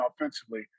offensively